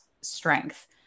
strength